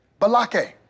Balake